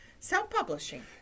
Self-publishing